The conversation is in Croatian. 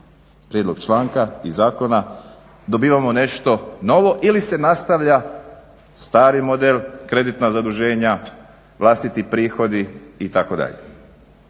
prijedlog članka i zakona dobivamo nešto novo ili se nastavlja stari model, kreditna zaduženja, vlastiti prihodi itd.